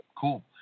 cool